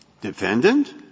defendant